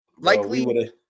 likely